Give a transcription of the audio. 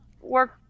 work